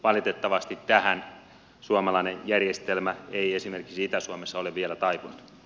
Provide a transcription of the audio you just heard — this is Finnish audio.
valitettavasti tähän suomalainen järjestelmä ei esimerkiksi itä suomessa ole vielä taipunut